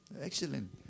Excellent